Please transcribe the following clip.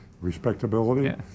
respectability